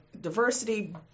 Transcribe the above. diversity